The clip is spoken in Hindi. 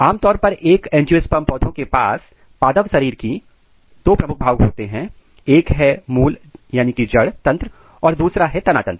आमतौर पर एक एंजियोस्पर्म पौधे के पास पादप शरीर की दो प्रमुख भाग होते हैं एक है मूल जड़ तंत्र और दूसरा है तना तंत्र